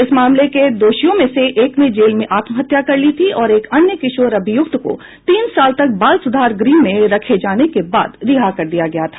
इस मामले के दोषियों में से एक ने जेल में आत्महत्या कर ली थी और एक अन्य किशोर अभियुक्त को तीन साल तक बाल सुधार गृह में रखे जाने के बाद रिहा कर दिया गया था